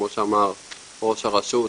כמו שאמר ראש הרשות,